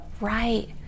Right